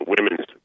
Women's